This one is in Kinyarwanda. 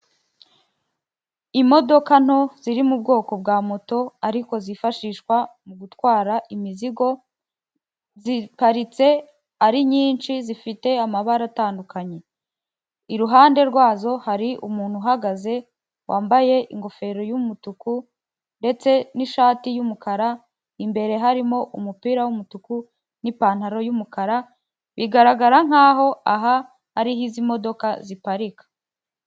Imodoka nto ziri mu bwoko bwa moto ariko zifashishwa mu gutwara imizigo, ziparitse ari nyinshi zifite amabara atandukanye. Iruhande rwazo hari umuntu uhagaze wambaye ingofero y'umutuku ndetse n'ishati y'umukara imbere harimo umupira w'umutuku n'ipantaro y'umukara, bigaragara nkaho aha ariho izi modoka ziparika.